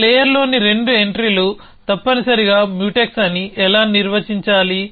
ఒక లేయర్లోని రెండు ఎంట్రీలు తప్పనిసరిగా మ్యూటెక్స్ అని ఎలా నిర్వచించాలి